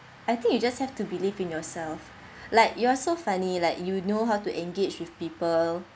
I think you just have to believe in yourself like you're so funny like you know how to engage with people